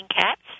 cats